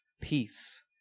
Peace